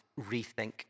rethink